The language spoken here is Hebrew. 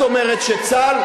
את אומרת שצה"ל,